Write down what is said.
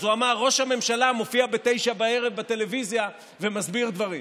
הוא אמר: ראש הממשלה מופיע ב-21:00 בטלוויזיה ומסביר דברים.